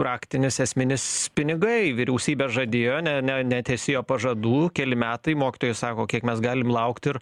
raktinis esminis pinigai vyriausybė žadėjo ne ne netesėjo pažadų keli metai mokytojai sako kiek mes galim laukt ir